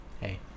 hey